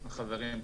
חברים.